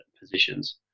positions